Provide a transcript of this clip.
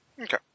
Okay